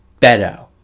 Beto